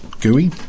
gooey